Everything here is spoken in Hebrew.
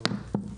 הישיבה ננעלה